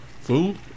Food